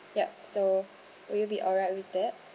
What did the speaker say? yup so will you be alright with that